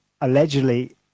Allegedly